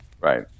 Right